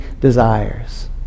desires